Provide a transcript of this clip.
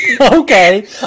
Okay